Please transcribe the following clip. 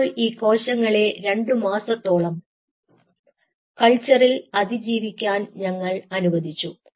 അപ്പോൾ ഈ കോശങ്ങളെ രണ്ടുമാസത്തോളം കൾച്ചറിൽ അതി ജീവിക്കാൻ ഞങ്ങൾ അനുവദിച്ചു